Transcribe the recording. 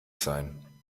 sein